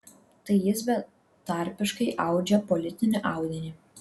tai jis betarpiškai audžia politinį audinį